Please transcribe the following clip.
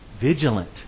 vigilant